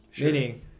Meaning